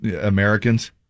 Americans